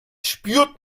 spürt